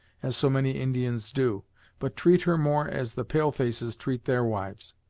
as so many indians do but treat her more as the pale-faces treat their wives.